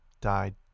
died